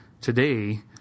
today